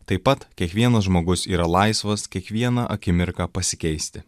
taip pat kiekvienas žmogus yra laisvas kiekvieną akimirką pasikeisti